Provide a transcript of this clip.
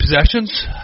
possessions